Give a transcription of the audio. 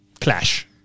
clash